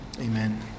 amen